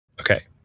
Okay